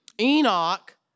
Enoch